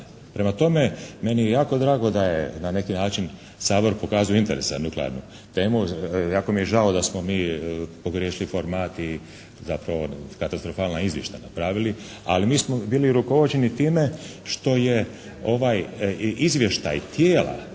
Prema tome, meni je jako drago da je na neki način Sabor pokazao interes za nuklearnu temu. Jako mi je žao da smo mi pogriješili format i zapravo katastrofalan izvještaj napravili. Ali mi smo bili rukovođeni time što je izvještaj tijela,